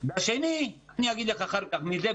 והשני אני אגיד לך אחר כך מי זה,